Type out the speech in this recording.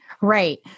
Right